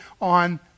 on